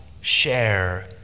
share